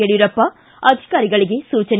ಯಡಿಯೂರಪ್ಪ ಅಧಿಕಾರಿಗಳಿಗೆ ಸೂಚನೆ